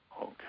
Okay